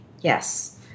Yes